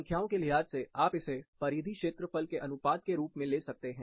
संख्याओं के लिहाज से आप इसे परिधि क्षेत्रफल के अनुपात के रूप में ले सकते हैं